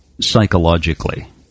psychologically